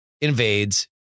invades